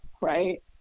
right